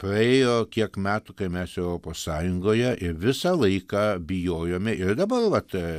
praėjo kiek metų kai mes europos sąjungoje ir visą laiką bijojome ir dabar vat